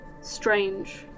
strange